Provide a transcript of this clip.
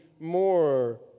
more